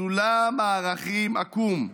/ סולם הערכים עקום,